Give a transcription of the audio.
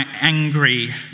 angry